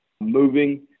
moving